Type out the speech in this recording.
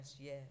yes